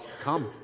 come